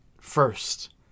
first